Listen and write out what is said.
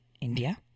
India